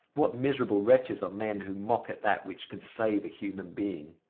what miserable wretches are men who mock at that which can save a human being!